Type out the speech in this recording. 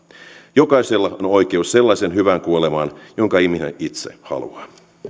jokaisella on on oikeus sellaiseen hyvään kuolemaan jonka ihminen itse haluaa